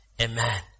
Amen